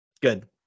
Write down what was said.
Good